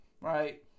right